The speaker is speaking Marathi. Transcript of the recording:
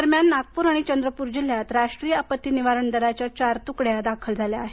दरम्यान नागपूर आणि चंद्रपूर जिल्ह्यात राष्ट्रीय आपत्ती निवारण दलाच्या चार तुकड्या दाखल झाल्या आहेत